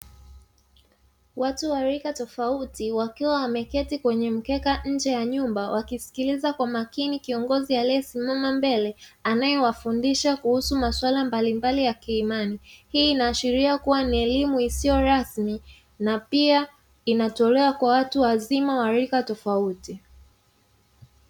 Watu wa rika tofauti wakiwa wameketi kwenye mkeka nje ya nyumba, wakisikiliza kwa makini kiongozi aliye simama mbele anaye wafundisha kuhusu maswala mbalimbali ya kiimani, hii inaashiria kua ni elimu isiyo rasmi na pia inatolewa kwa watu wazima wa rika tofauti.